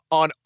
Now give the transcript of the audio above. on